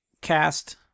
cast